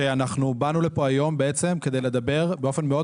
שאנחנו באנו לפה היום בעצם כדי לדבר באופן מאוד